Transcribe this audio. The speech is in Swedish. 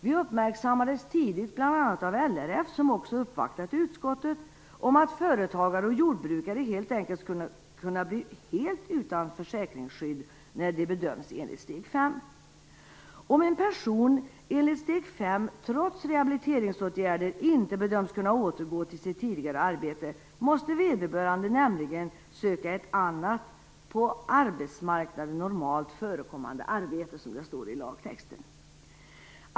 Vi uppmärksammades tidigt, bl.a. av LRF, som också uppvaktat utskottet, om att företagare och jordbrukare helt enkelt skulle kunna bli helt utan försäkringsskydd när de bedöms enligt steg 5. Om en person enligt steg 5 trots rehabiliteringsåtgärder inte bedöms kunna återgå till sitt tidigare arbete, måste vederbörande nämligen söka ett annat på arbetsmarknaden normalt förekommande arbete, som det står i lagtexten.